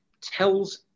tells